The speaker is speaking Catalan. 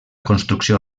construcció